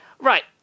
Right